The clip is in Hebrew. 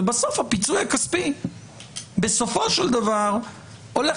ובסוף הפיצוי הכספי בסופו של דבר הולך